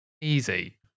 easy